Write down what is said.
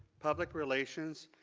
public relations,